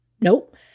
nope